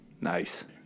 Nice